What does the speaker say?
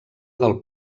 del